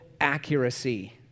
accuracy